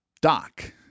dock